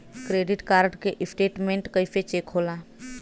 Credit card के statement कइसे check होला?